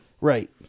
Right